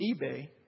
eBay